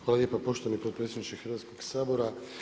Hvala lijepa poštovani potpredsjedniče Hrvatskog sabora.